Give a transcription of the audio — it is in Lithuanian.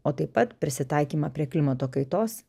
o taip pat prisitaikymą prie klimato kaitos